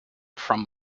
from